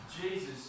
Jesus